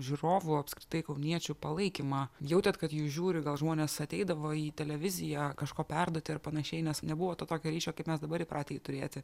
žiūrovų apskritai kauniečių palaikymą jautėt kad jus žiūri gal žmonės ateidavo į televiziją kažko perduoti ar panašiai nes nebuvo to tokio ryšio kaip mes dabar įpratę jį turėti